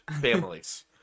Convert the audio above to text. families